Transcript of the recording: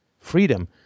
freedom